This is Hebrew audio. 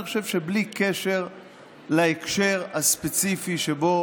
אני חושב שבלי קשר להקשר הספציפי, שבו